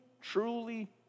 truly